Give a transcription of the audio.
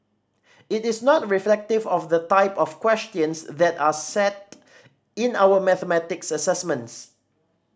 it is not reflective of the type of questions that are set in our mathematics assessments